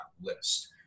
list